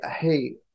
Hey